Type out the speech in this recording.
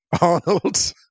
Arnold